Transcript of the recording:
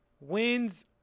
Wins